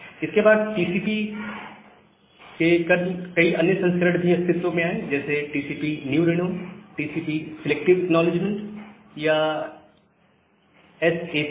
इसके बाद टीसीपी के कई अन्य संस्करण भी अस्तित्व में आए जैसे कि TCP new Reno TCP selective acknowledgement या एस ए सी के